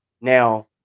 Now –